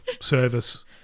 service